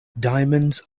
diamonds